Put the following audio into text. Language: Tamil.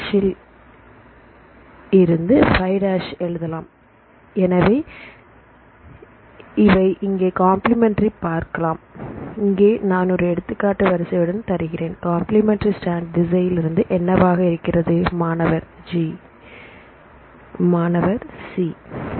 ல் இருந்து 5 எழுதலாம் இவை எனவே இங்கே கம்பிளிமெண்டரி பார்க்கலாம் இங்கே நான் ஒரு எடுத்துக்காட்டு வரிசையுடன் தருகிறேன் கம்பிளிமெண்டரி ஸ்டாண்ட் திசையிலிருந்து என்னவாக இருக்கிறது மாணவர் G G மாணவர் C C